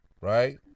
right